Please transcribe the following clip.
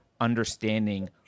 understanding